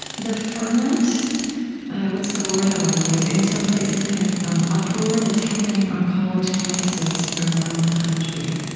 the ferment what's the word i want to use? in some places, kind of um uproar that's happening on college campuses around the country.